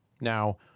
Now